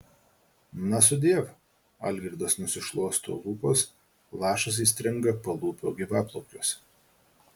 na sudiev algirdas nusišluosto lūpas lašas įstringa palūpio gyvaplaukiuose